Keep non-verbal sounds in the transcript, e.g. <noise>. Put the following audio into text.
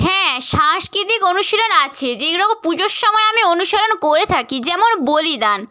হ্যাঁ সাংস্কৃতিক অনুশীলন আছে যেই <unintelligible> পুজোর সময় আমি অনুসরণ করে থাকি যেমন বলিদান